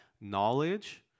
knowledge